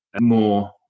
more